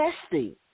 testing